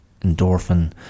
endorphin